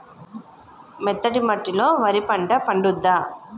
మెత్తటి మట్టిలో వరి పంట పండుద్దా?